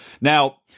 Now